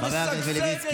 משגשגת,